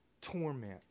torment